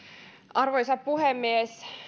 arvoisa puhemies